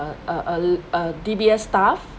uh uh a l~ a D_B_S_ staff